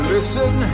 Listen